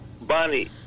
Bonnie